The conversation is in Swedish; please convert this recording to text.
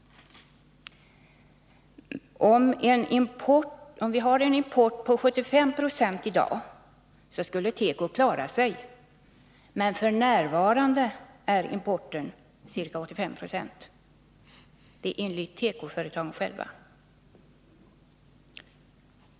Om vi hade en import på 75 20 i dag skulle teko klara sig, men f.n. är importen 85 96 — enligt tekoföretagen själva.